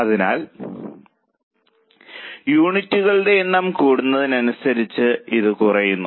അതിനാൽ യൂണിറ്റുകളുടെ എണ്ണം കൂടുന്നതിനനുസരിച്ച് ഇത് കുറയുന്നു